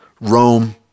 Rome